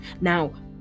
Now